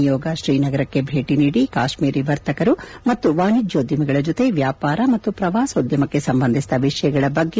ನಿಯೋಗ ತ್ರೀನಗರಕ್ಕೆ ಭೇಟ ನೀಡಿ ಕಾಶ್ಮೀರಿ ವರ್ತಕರು ಮತ್ತು ವಾಣಿಜ್ಯೋದ್ದಮಿಗಳ ಜೊತೆ ವ್ಯಾಪಾರ ಮತ್ತು ಪ್ರವಾಸೋದ್ಲಮಕ್ಕೆ ಸಂಬಂಧಿಸಿದ ವಿಷಯಗಳ ಬಗ್ಗೆ ಚರ್ಚಿಸಿತು